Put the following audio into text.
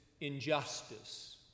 injustice